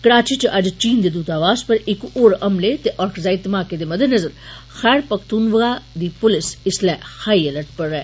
कराची च अज्ज चीन दे दूतावास पर इक होर हमले ते औरकजाई धमाके दे मद्देनज़र खैबर पखतूनवा दी पुलस इस्सले हाई अलर्ट पर ऐ